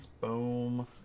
Boom